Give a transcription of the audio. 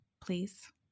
please